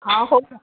ହଁ କହୁଛ